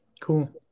Cool